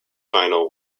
final